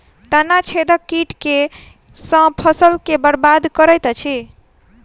तना छेदक कीट केँ सँ फसल केँ बरबाद करैत अछि?